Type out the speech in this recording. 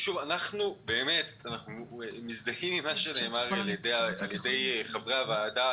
אנחנו מזדהים עם מה שנאמר על ידי חברי הוועדה.